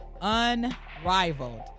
unrivaled